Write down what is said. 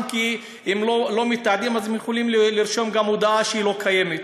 אם כי אם לא מתעדים אז הם יכולים לרשום גם הודאה שהיא לא קיימת,